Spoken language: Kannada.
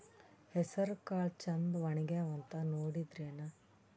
ಹೆಸರಕಾಳು ಛಂದ ಒಣಗ್ಯಾವಂತ ನೋಡಿದ್ರೆನ?